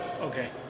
Okay